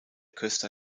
köster